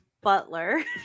butler